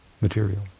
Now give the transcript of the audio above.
Material